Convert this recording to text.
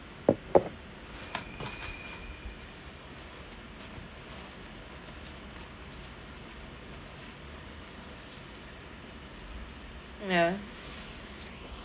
ya